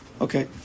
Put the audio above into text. Okay